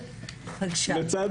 לצד